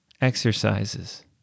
exercises